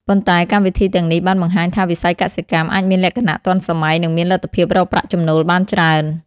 ប៉ុន្តែកម្មវិធីទាំងនេះបានបង្ហាញថាវិស័យកសិកម្មអាចមានលក្ខណៈទាន់សម័យ និងមានលទ្ធភាពរកប្រាក់ចំណូលបានច្រើន។